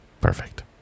Perfect